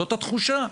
זאת התחושה.